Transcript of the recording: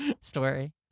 Story